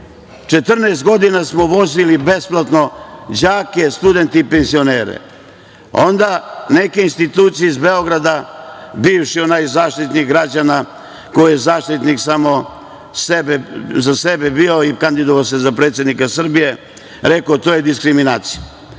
14 godina smo vozili besplatno đake, studente i penzionere. Onda neke institucije iz Beograda, bivši onaj Zaštitnik građana koji je zaštitnik samo za sebe bio i kandidovao se za predsednika Srbije, rekao da je to diskriminacija.